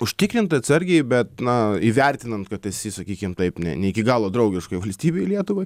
užtikrintai atsargiai bet na įvertinant kad esi sakykim taip ne ne iki galo draugiškoj valstybėj lietuvai